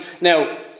now